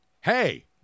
Hey